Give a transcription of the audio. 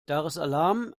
daressalam